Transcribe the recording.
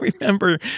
remember